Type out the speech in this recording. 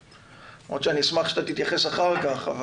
למרות שאני אשמח שאתה תתייחס אחר כך.